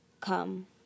come